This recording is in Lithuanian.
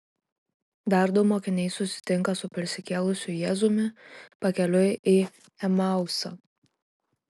dar du mokiniai susitinka su prisikėlusiu jėzumi pakeliui į emausą